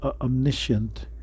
omniscient